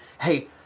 hey